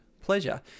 pleasure